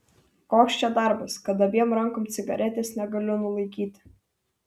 koks čia darbas kad abiem rankom cigaretės negaliu nulaikyti